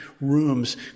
rooms